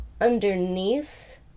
underneath